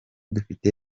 dufite